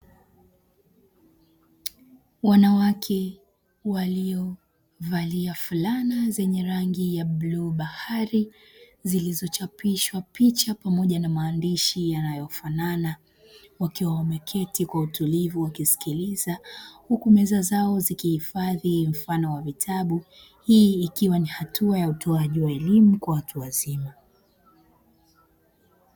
Wanawake waliovalia fulana zenye rangi ya bluu bahari zilizochapishwa picha pamoja na maandishi yanayofanana wakiwa wameketi kwa utulivu wakisikiliza huku meza zao zikihifadhi mfano wa vitabu, hii ikiwa ni hatua ya utoaji wa elimu kwa watu wazima.